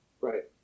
Right